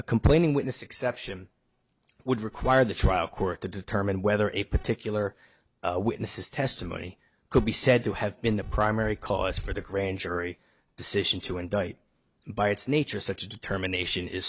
a complaining witness exception would require the trial court to determine whether a particular witness's testimony could be said to have been the primary cause for the grand jury decision to indict by its nature such a determination is